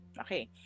Okay